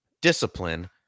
discipline